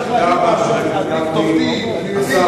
היית צריך להגיד משהו, תודה רבה, חבר הכנסת גפני.